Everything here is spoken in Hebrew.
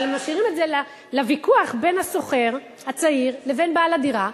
אבל הם משאירים את זה לוויכוח בין השוכר הצעיר לבין בעל הדירה.